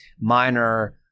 minor